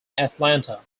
atlanta